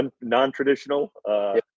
non-traditional